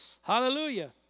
Hallelujah